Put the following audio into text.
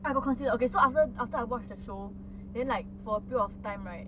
I will consider okay so after after I watch the show then like for a period of time right